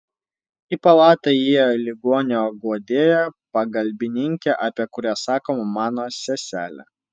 į palatą įėjo ligonio guodėja pagalbininkė apie kurią sakoma mano seselė